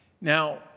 Now